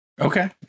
Okay